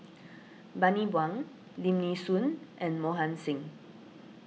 Bani Buang Lim Nee Soon and Mohan Singh